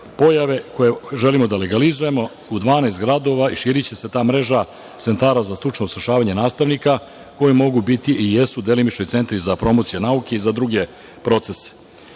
pojave koje želimo da legalizujemo u 12 gradova i ta mreža će se širiti, centri za stručno usavršavanje nastavnika koji mogu biti i jesu delimični centri za promociju nauke i za druge procese.